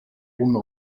una